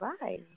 bye